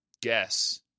guess